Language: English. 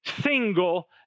single